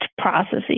processes